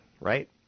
right